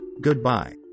Goodbye